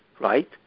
right